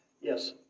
Yes